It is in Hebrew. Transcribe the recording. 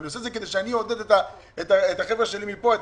אני עושה את זה כדי לעודד את החבר'ה שלנו פה,